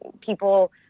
people